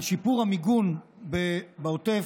על שיפור המיגון בעוטף